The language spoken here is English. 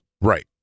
Right